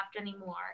anymore